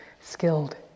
skilled